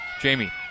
Jamie